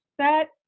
set